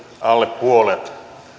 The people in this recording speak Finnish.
alle puolet